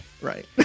Right